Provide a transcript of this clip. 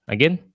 Again